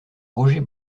roger